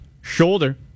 shoulder